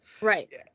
Right